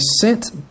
sent